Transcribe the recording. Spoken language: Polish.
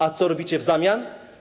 A co robicie w zamian?